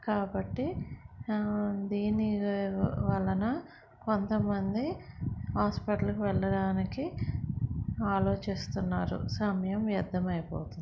కాబట్టి దీని వలన కొంతమంది హాస్పిటల్కి వెళ్ళడానికి ఆలోచిస్తున్నారు సమయం వ్యర్థము అయిపోతుంది